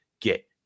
get